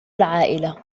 العائلة